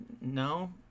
No